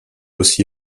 aussi